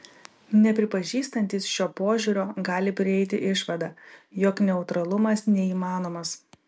nepripažįstantys šio požiūrio gali prieiti išvadą jog neutralumas neįmanomas